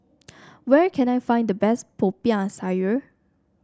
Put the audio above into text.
where can I find the best Popiah Sayur